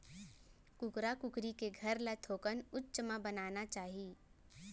कुकरा कुकरी के घर ल थोकन उच्च म बनाना चाही